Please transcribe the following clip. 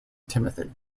timothy